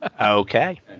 Okay